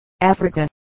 Africa